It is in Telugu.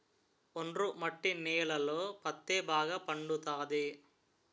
ఒండ్రు మట్టి నేలలలో పత్తే బాగా పండుతది